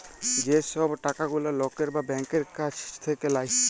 যে সব টাকা গুলা লকের বা ব্যাংকের কাছ থাক্যে লায়